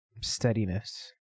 steadiness